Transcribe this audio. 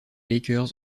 lakers